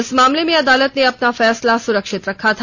इस मामले में अदालत ने अपना फैसला सुरक्षित रखा था